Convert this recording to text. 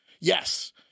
Yes